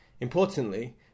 Importantly